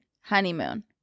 Honeymoon